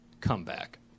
comeback